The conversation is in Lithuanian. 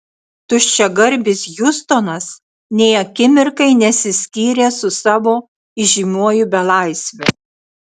tuščiagarbis hiustonas nė akimirkai nesiskyrė su savo įžymiuoju belaisviu